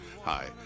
Hi